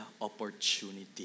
opportunity